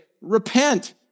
repent